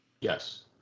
yes